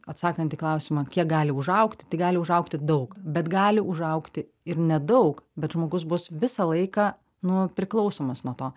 atsakant į klausimą kiek gali užaugt tai gali užaugti daug bet gali užaugti ir nedaug bet žmogus bus visą laiką nu priklausomas nuo to